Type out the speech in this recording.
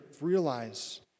realize